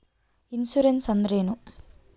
Insurance ಅಂದ್ರೇನು?